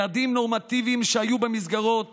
ילדים נורמטיביים, שהיו במסגרות